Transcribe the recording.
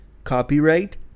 Copyright